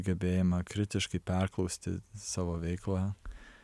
gebėjimą kritiškai perklausti savo veiklą